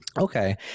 Okay